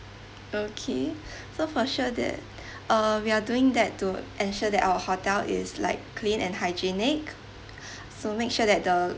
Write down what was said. okay so for sure that uh we are doing that to ensure that our hotel is like clean and hygienic so make sure that the